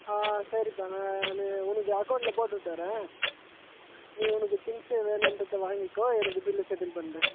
சரிப்பா நான் உனக்கு அக்கௌண்ட்டில் போட்டுவிட்டுறேன் நீ உனக்கு திங்க்ஸ் வேணுன்றதை வாங்கிக்கோ எனக்கு பில் செட்டில் பண்ணிடு